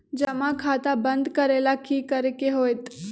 जमा खाता बंद करे ला की करे के होएत?